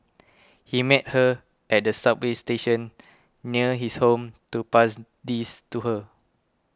he met her at a subway station near his home to pass these to her